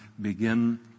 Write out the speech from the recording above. begin